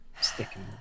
sticking